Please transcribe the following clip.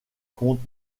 contes